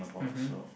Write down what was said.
mmhmm